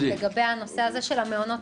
לגבי הנושא הזה של המעונות,